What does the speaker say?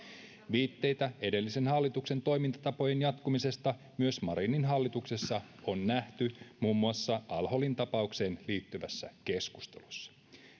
viitteitä edellisen hallituksen toimintatapojen jatkumisesta myös marinin hallituksessa on nähty muun muassa al holin tapaukseen liittyvässä keskustelussa